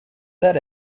that